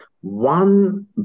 One